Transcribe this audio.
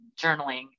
journaling